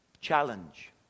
challenge